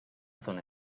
zona